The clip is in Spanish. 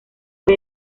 fue